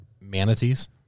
manatees